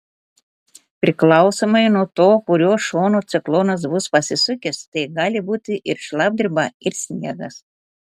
priklausomai nuo to kuriuo šonu ciklonas bus pasisukęs tai gali būti ir šlapdriba ir sniegas